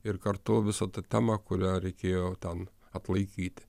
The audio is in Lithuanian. ir kartu visa ta tema kurią reikėjo ten atlaikyti